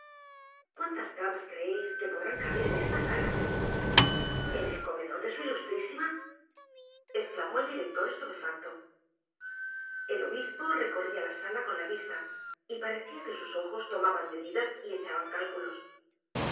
cuántas camas creeis que podrán caber en esta sala en el comedor de su ilustrísima esclamó el director estupefacto el obispo recorria la sala con la vista y parecia que sus ojos tomaban medidas y echaban cálculos